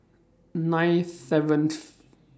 nine seventh